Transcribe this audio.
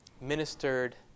ministered